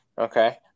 Okay